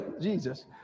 Jesus